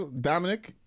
Dominic